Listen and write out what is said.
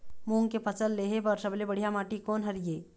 मूंग के फसल लेहे बर सबले बढ़िया माटी कोन हर ये?